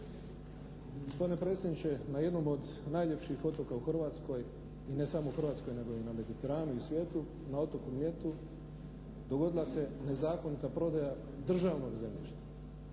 Gospodine predsjedniče na jednom od najljepših otoka u Hrvatskoj i ne samo u Hrvatskoj nego i na Mediteranu i svijetu, na otoku Mljetu, dogodila se nezakonita prodaja državnog zemljišta.